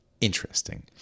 interesting